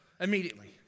immediately